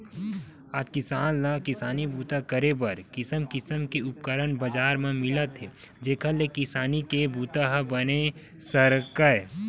आज किसान ल किसानी बूता करे बर किसम किसम के उपकरन बजार म मिलत हे जेखर ले किसानी के बूता ह बने सरकय